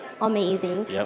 amazing